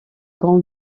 grand